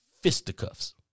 fisticuffs